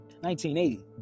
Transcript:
1980